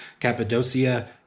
Cappadocia